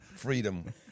Freedom